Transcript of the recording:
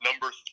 Number